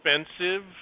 expensive